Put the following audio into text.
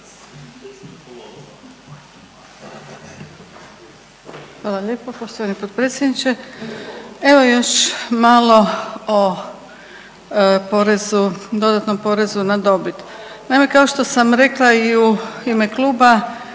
Hvala lijepo poštovani potpredsjedniče. Evo još malo o porezu, dodatnom porezu na dobit. Naime, kao što sam rekla i u ime kluba